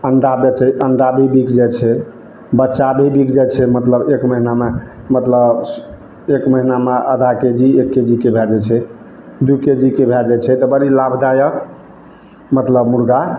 अंडा बेचै अंडा भी बिक जाइ छै बच्चा भी बिक जाइ छै एक महिनामे मतलब एक महिनामे आधा के जी एक केजीके भए जाइ छै दू केजीके भए जाइ छै तऽ बड़ी लाभदायक मतलब मुर्गा